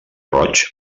roig